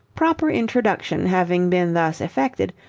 proper introduction having been thus effected,